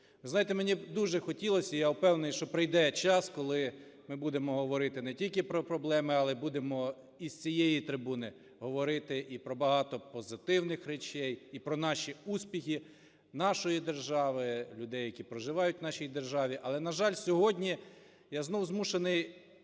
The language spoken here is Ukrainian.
мені дуже хотілося б, я впевнений, що прийде час, коли ми будемо говорити не тільки про проблеми, але будемо і з цієї трибуни говорити і про багато позитивних речей, і про наші успіхи, нашої держави, людей, які проживають в нашій державі. Але, на жаль, сьогодні я знову змушений